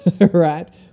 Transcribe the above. right